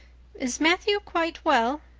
is matthew quite well?